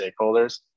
stakeholders